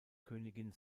königin